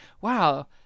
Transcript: wow